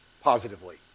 positively